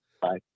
Bye